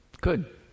good